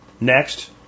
Next